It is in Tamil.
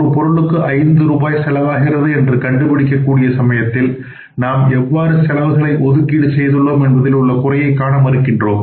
ஒரு பொருளுக்கு 5 ரூபாய் செலவாகிறது என்று கண்டுபிடிக்க கூடிய சமயத்தில் நாம் எவ்வாறு செலவுகளை ஒதுக்கீடு செய்துள்ளோம் என்பதில் உள்ள குறையை காண மறுக்கின்றோம்